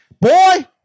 boy